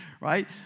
right